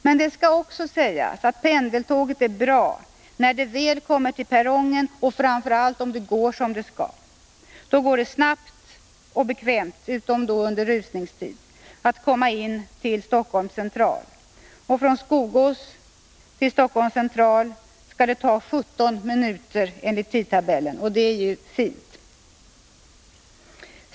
Men det skall också sägas att pendeltåget är bra när det väl kommer till perrongen och framför allt om det går som det skall. Då går det snabbt och bekvämt — utom under rusningstid — att komma in till Stockholms central. Från Skogås till Stockholms central skall det ta 17 minuter enligt tidtabellen, och det är ju fint.